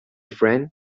friend